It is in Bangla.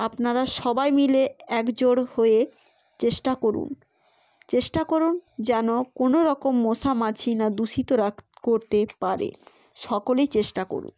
আপনারা সবাই মিলে একজোট হয়ে চেষ্টা করুন চেষ্টা করুন যেন কোনোরকম মশা মাছি না দূষিত করতে পারে সকলেই চেষ্টা করুন